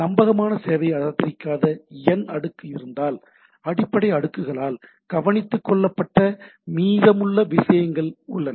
நம்பகமான சேவையை ஆதரிக்காத 'n' அடுக்கு இருந்தால் அடிப்படை அடுக்குகளால் கவனித்துக்கொள்ளப்பட்ட மீதமுள்ள விஷயங்கள் உள்ளன